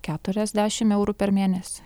keturiasdešim eurų per mėnesį